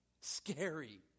scary